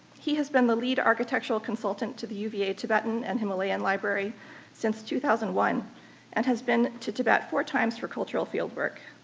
he has been the lead architectural consultant to the uva tibetan and himalayan library since two thousand and one and has been to tibet four times for cultural field work.